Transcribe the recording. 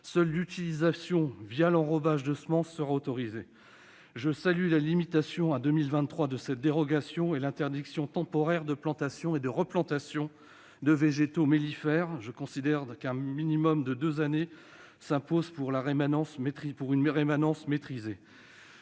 seule l'utilisation l'enrobage des semences sera autorisée. Je salue la limitation à 2023 de cette dérogation et l'interdiction temporaire de plantation et de replantation de végétaux mellifères. Je considère qu'un minimum de deux années s'impose pour une rémanence maîtrisée.